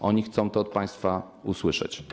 Oni chcą to od państwa usłyszeć.